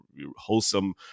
wholesome